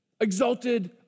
Exalted